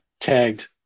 tagged